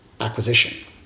acquisition